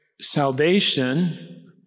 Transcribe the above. salvation